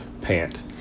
Pant